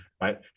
right